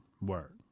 word